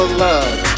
love